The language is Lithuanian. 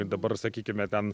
dabar sakykime ten